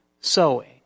sowing